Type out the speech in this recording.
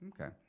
Okay